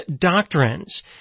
doctrines